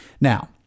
Now